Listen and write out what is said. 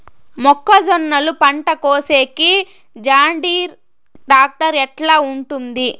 మొక్కజొన్నలు పంట కోసేకి జాన్డీర్ టాక్టర్ ఎట్లా ఉంటుంది?